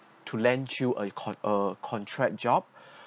to lend you a con~ a contract job